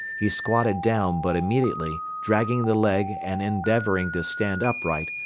he squatted down but immediately, dragging the leg and endeavoring to stand upright,